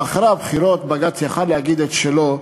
ואחרי הבחירות בג"ץ יכול היה להגיד את שלו,